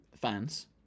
fans